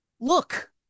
look